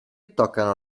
toccano